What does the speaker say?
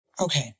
Okay